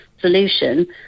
solution